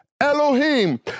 Elohim